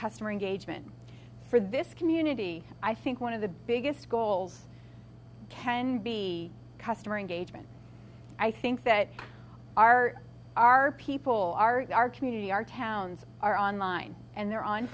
customer engagement for this community i think one of the biggest goals can be customer engagement i think that our our people are our community our towns are online and they're on